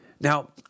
Now